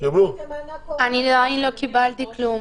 אני לא קיבלתי כלום.